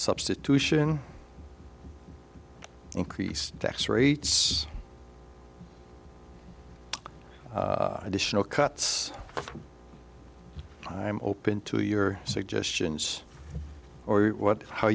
substitution increased tax rates additional cuts i'm open to your suggestions or what how